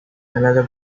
another